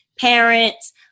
parents